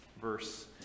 verse